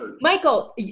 Michael